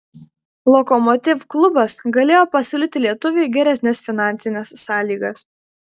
lokomotiv klubas galėjo pasiūlyti lietuviui geresnes finansines sąlygas